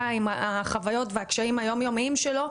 עם החוויות והקשיים היום-יומיים שלו,